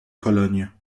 cologne